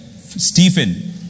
Stephen